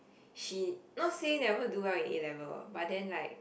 she not say never do well in A level but then like